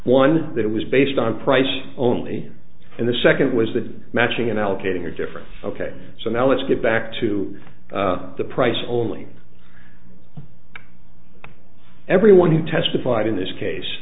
one that was based on price only and the second was that matching and allocating are different ok so now let's get back to the price only everyone who testified in this case